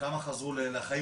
חזרו לחיים